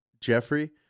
Jeffrey